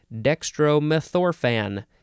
dextromethorphan